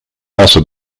also